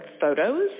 photos